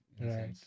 right